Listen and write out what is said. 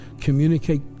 communicate